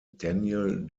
daniel